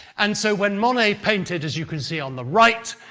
and so, when monet painted, as you can see on the right,